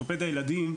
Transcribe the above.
באורתופדיה ילדים,